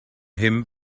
him